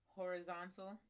horizontal